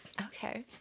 Okay